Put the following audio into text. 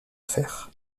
fer